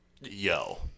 Yo